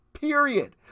period